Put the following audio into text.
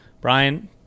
brian